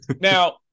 now